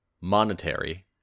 monetary